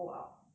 like